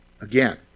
again